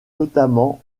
notamment